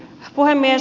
puhemies